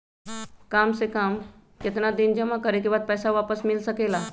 काम से कम केतना दिन जमा करें बे बाद पैसा वापस मिल सकेला?